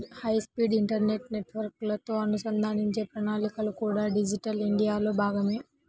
high speed internet నెట్వర్క్లతో అనుసంధానించే ప్రణాళికలు కూడా డిజిటల్ ఇండియాలో భాగమే